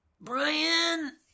Brian